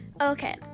okay